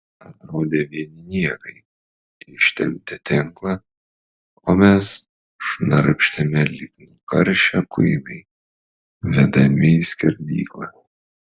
atrodė vieni niekai ištempti tinklą o mes šnarpštėme lyg nukaršę kuinai vedami į skerdyklą